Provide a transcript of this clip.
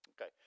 Okay